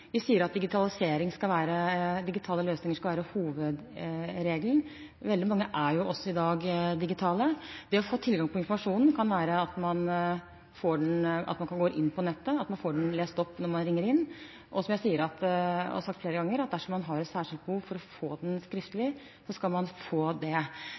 digitale løsninger skal være hovedregelen, og veldig mange er også digitale i dag. Det å få tilgang til informasjonen kan være at man går inn på nettet og får den lest opp når man ringer inn. Og som jeg sier, og har sagt flere ganger: Dersom man har et særskilt behov for å få den skriftlig, skal man få det.